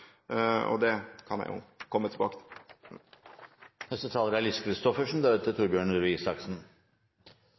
Det kan jeg komme tilbake til.